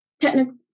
technical